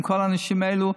עם כל האנשים האלה,